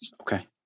Okay